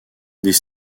des